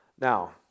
Now